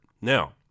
Now